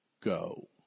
go